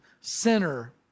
sinner